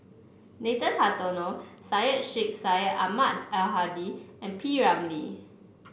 Nathan Hartono Syed Sheikh Syed Ahmad Al Hadi and P Ramlee